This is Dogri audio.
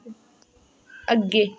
अग्गै